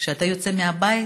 כשאתה יוצא מהבית,